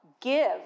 give